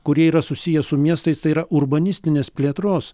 kurie yra susiję su miestais tai yra urbanistinės plėtros